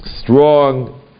strong